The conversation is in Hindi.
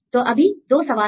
तो अभी 2 सवाल हैं